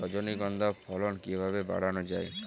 রজনীগন্ধা ফলন কিভাবে বাড়ানো যায়?